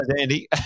Andy